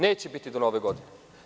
Neće biti do Nove godine.